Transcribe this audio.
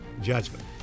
judgment